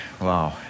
Wow